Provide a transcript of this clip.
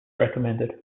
recommended